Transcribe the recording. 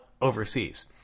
overseas